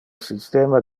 systema